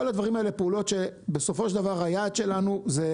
כל הדברים האלה פעולות שבסופו של דבר היעד שלנו זה